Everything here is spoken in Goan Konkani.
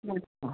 आं